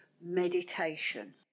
meditation